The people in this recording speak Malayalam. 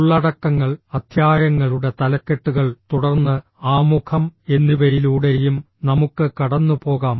ഉള്ളടക്കങ്ങൾ അധ്യായങ്ങളുടെ തലക്കെട്ടുകൾ തുടർന്ന് ആമുഖം എന്നിവയിലൂടെയും നമുക്ക് കടന്നുപോകാം